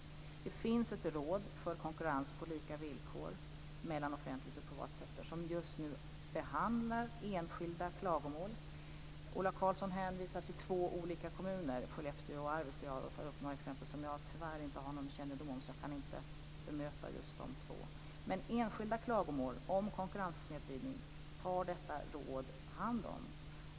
Det finns ett råd för konkurrens på lika villkor mellan offentlig och privat sektor som just nu behandlar enskilda klagomål. Ola Karlsson hänvisar till två olika kommuner, Skellefteå och Arvidsjaur, och tar upp några exempel som jag tyvärr inte har någon kännedom om. Därför kan jag inte bemöta just dessa två. Men enskilda klagomål om konkurrenssnedvridning tar detta råd hand om.